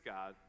God